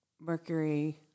Mercury